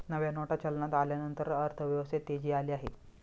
नव्या नोटा चलनात आल्यानंतर अर्थव्यवस्थेत तेजी आली आहे